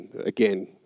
again